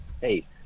Hey